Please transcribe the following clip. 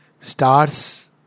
Stars